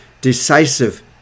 decisive